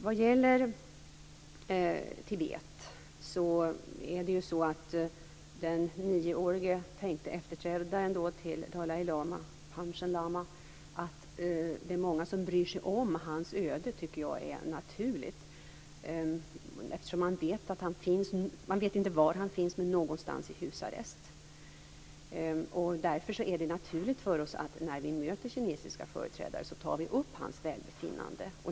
Vad gäller Tibet är det naturligt att det är många som bryr sig om Dalai lamas tilltänkte efterträdares, den nioårige Panchen lama, öde, eftersom man inte vet var han finns. Man vet bara att han finns någonstans i husarrest. Därför är det naturligt för oss att vi tar upp hans välbefinnande när vi möter kinesiska företrädare.